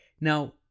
Now